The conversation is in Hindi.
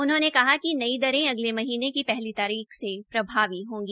उन्होंने कहा कि नई दरे अगले महीनें की पहली तारीख से प्रभावी होगी